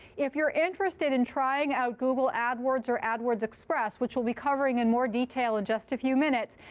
if you're interested in trying out google adwords or adwords express, which we'll be covering in more detail in just a few minutes,